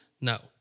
No